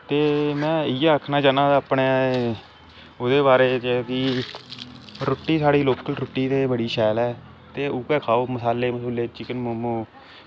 ते में इयै आक्खना चाह्न्नां अपनै ओह्दै बारै च कि रुट्टी साढ़ी लोकल रुट्टी ते बड़ी शैल ऐ ते उऐ खाओ मसाले मसूले चिकन मोमोस